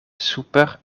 super